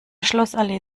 schlossallee